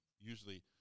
usually